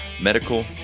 medical